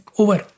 over